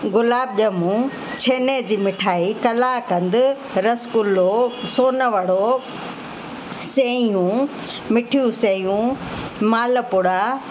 गुलाब ॼमूं छेने जी मिठाई कलाकंद रसगुल्लो सोनवड़ो सइयूं मिठियूं सइयूं मालपूड़ा